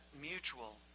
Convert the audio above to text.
mutual